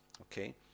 Okay